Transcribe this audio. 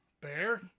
Bear